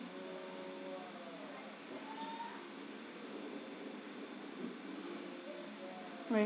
right